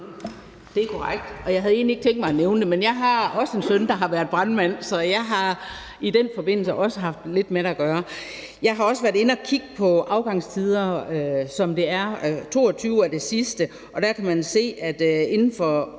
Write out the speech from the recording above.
Det er korrekt, og jeg havde egentlig ikke tænkt mig at nævne det, men jeg har en søn, der har været brandmand, så jeg har i den forbindelse også haft lidt med det at gøre. Jeg har også været inde at kigge på afgangstider, som det er. 2022 er det sidste, og der kan man se, at inden for